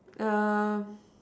um